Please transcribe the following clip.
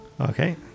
Okay